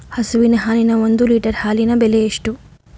ಹಸುವಿನ ಹಾಲಿನ ಒಂದು ಲೀಟರ್ ಹಾಲಿನ ಬೆಲೆ ಎಷ್ಟು?